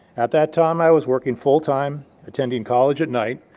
at that time, i was working full-time, attending college at night,